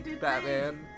Batman